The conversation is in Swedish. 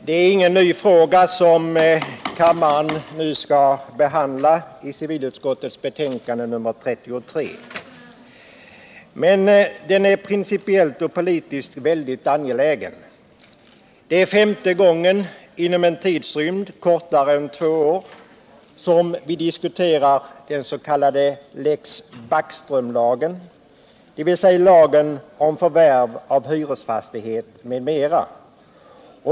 Herr talman! Frågan som behandlas i civilutskottets betänkande nr 33 är inte ny för kammaren. Men den är principiellt och politiskt väldigt angelägen. Det är femte gången under en tidrymd av mindre än två år som vi diskuterar dens.k. Lex Backström — dvs. lagen om förvärv av hyresfastighet m.m.